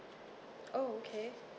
oh okay